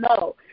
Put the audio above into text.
no